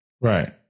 Right